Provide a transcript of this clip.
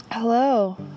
hello